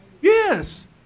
Yes